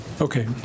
Okay